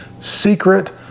secret